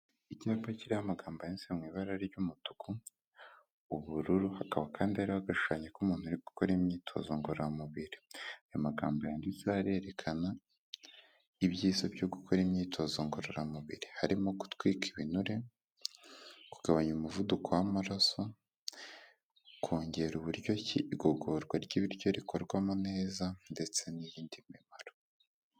Icyapa kiriho amagambo yahise mu ibara ry'umutuku, ubururu hakaba kandi hariho agashushanyo k'umuntu ari gukora imyitozo ngororamubiri ayo magambo yanditse arerekana ibyiza byo gukora imyitozo ngororamubiri harimo gutwika ibinure, kugabanya umuvuduko w'amaraso, kongera uburyo igogorwa ry'ibiryo rikorwamo neza ndetse n'iyindi mimaro.